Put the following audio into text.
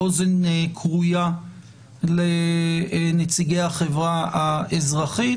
עם אוזן כרויה לנציגי החברה האזרחית,